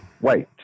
Wait